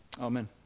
Amen